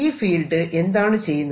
ഈ ഫീൽഡ് എന്താണ് ചെയ്യുന്നത്